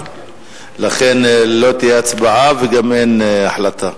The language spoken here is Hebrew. לכן לא תהיה הצבעה, וגם אין החלטה.